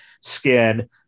skin